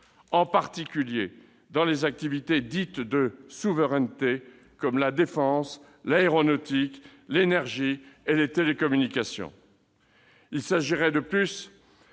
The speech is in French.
en particulier dans les activités dites « de souveraineté », comme la défense, l'aéronautique, l'énergie et les télécommunications. Il s'agirait d'un